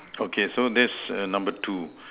okay so that's a number two